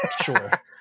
Sure